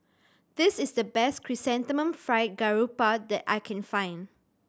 this is the best Chrysanthemum Fried Garoupa that I can find